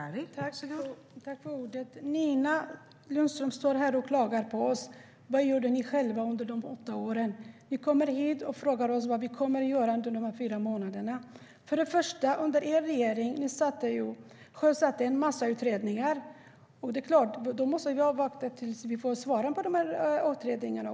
Fru talman! Nina Lundström står här och klagar på oss. Vad gjorde ni själva under de åtta åren? Ni kommer hit och frågar oss vad vi kommer att göra under de här fyra månaderna. Under er regering sjösattes en massa utredningar. Det är klart att vi måste avvakta resultatet av de utredningarna.